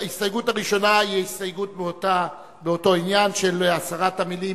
ההסתייגות הראשונה היא הסתייגות באותו עניין של הסרת המלים